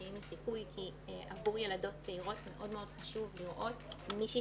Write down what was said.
לחיקוי כי לילדות צעירות מאוד מאוד חשוב לראות מישהי